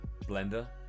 blender